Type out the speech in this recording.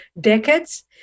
decades